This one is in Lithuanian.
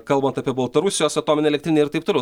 kalbant apie baltarusijos atominę elektrinę ir taip toliau